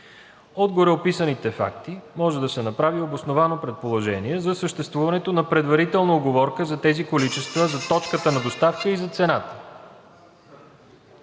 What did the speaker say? От гореописаните факти може да се направи обосновано предположение за съществуването на предварителна уговорка за тези количества, за точката на доставка и за цената.